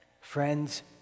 Friends